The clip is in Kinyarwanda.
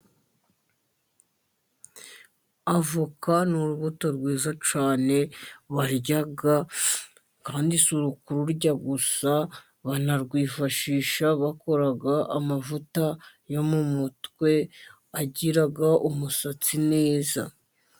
Avoka ni urubuto rwiza cyane, barya abandi si ukururya gusa banarwifashisha bakora amavuta yo mu mutwe agira umusatsi neza.